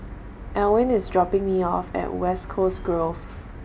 Elwin IS dropping Me off At West Coast Grove